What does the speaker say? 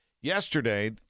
yesterday